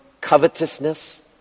covetousness